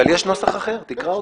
אבל יש נוסח אחר, תקרא אותו.